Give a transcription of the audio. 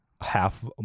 Half